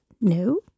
no